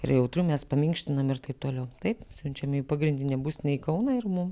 ir jautru mes paminkštinam ir taip toliau taip siunčiam į pagrindinę būstinę į kauną ir mum